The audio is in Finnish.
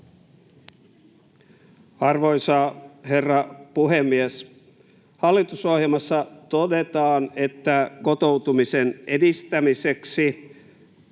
Arvoisa herra puhemies! Hallitusohjelmassa todetaan, että kotoutumisen edistämiseksi